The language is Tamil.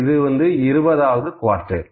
இது இருபதாவது குவார்டைல்